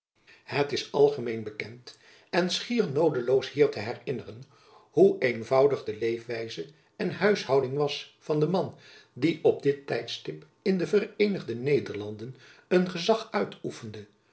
het is algemeen bekend en schier noodeloos hier te herinneren hoe eenvoudig de leefwijze en huishouding was van den man die op dit tijdstip in de vereenigde nederlanden een gezach uitoefende